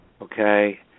okay